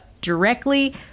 directly